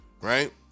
Right